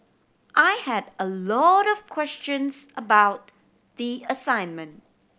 I had a lot of questions about the assignment